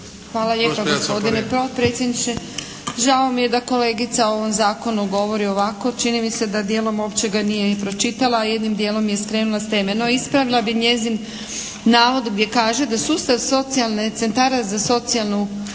Hvala lijepa gospodine potpredsjedniče. Žao mi je da kolegica o ovom Zakonu govori ovako. Čini mi se da dijelom uopće ga nije ni pročitala a jednim dijelom je skrenula s teme. No ispravila bih njezin navod gdje kaže da sustav socijalne, centara za socijalnu